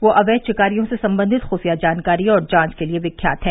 वे अवैघ शिकारियों से संबंधित खुफिया जानकारी और जांच के लिए विख्यात हैं